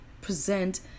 present